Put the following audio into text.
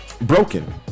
broken